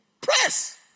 Press